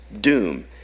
doom